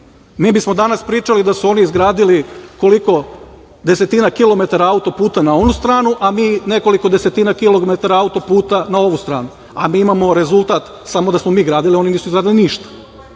mi bismo danas pričali da su oni izgradili koliko desetina autoputa na onu stranu, a mi nekoliko desetina kilometara autoputa na ovu stranu, a mi imamo rezultat samo da smo mi gradili, oni nisu izgradili ništa.